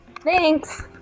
Thanks